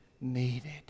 needed